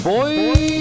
Boys